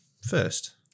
first